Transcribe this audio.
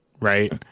Right